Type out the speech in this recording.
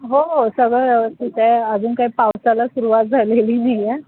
हो हो सगळं व्यवस्थित आहे अजून काही पावसाला सुरुवात झालेली नाही आहे